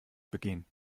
begehen